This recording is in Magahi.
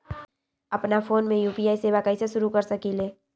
अपना फ़ोन मे यू.पी.आई सेवा कईसे शुरू कर सकीले?